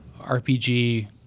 RPG